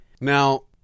Now